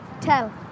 tell